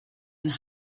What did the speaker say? and